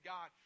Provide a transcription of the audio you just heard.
God